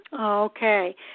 Okay